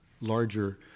larger